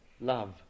love